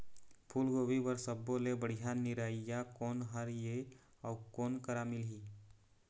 फूलगोभी बर सब्बो ले बढ़िया निरैया कोन हर ये अउ कोन करा मिलही?